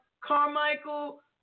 Carmichael